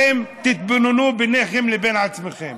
תתבוננו ביניכם לבין עצמכם.